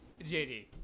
JD